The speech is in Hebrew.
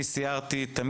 אני סיירתי על